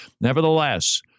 Nevertheless